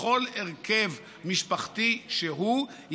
בכל הרכב משפחתי שהוא,